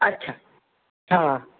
अच्छा हा